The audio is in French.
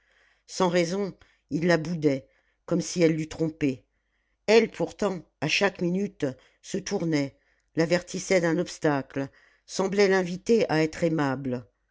sans raison il la boudait comme si elle l'eût trompé elle pourtant à chaque minute se tournait l'avertissait d'un obstacle semblait l'inviter à être aimable